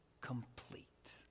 complete